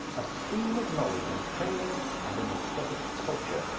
a scheme of knowledge and training and an aesthetic culture.